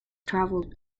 traveled